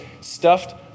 stuffed